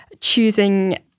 choosing